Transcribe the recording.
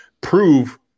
prove